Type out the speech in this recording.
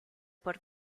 por